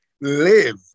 live